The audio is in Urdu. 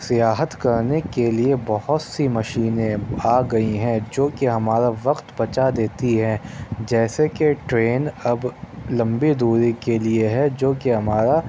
سیاحت کرنے کے لیے بہت سی مشینیں آ گئی ہیں جوکہ ہمارا وقت بچا دیتی ہیں جیسے کہ ٹرین اب لمبی دوری کے لیے ہے جو کہ ہمارا